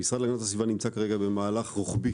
המשרד להגנת הסביבה נמצא במהלך רוחבי